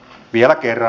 vielä kerran